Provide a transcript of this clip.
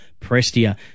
Prestia